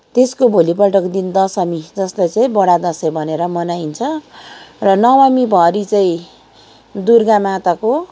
त्यसको भोलिपल्टको दिन दसमी जसलाई चाहिँ बडा दसैँ भनेर मनाइन्छ र नवमीभरि चाहिँ दुर्गामाताको